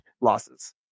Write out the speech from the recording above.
losses